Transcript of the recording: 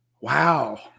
wow